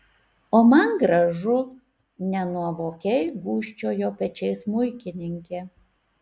o man gražu nenuovokiai gūžčiojo pečiais smuikininkė